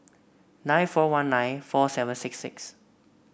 nine four one nine four seven six six